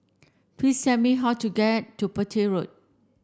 please said me how to get to Petir Road